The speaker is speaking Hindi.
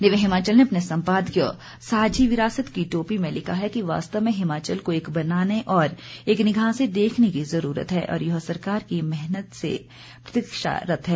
दिव्य हिमाचल ने अपने संपादकीय साझी विरासत की टोपी में लिखा है कि वास्तव में हिमाचल को एक बनाने और एक निगाह से देखने की जरूरत है और यह सरकार की मेहनत से प्रतीक्षारत है